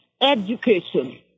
education